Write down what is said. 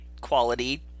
quality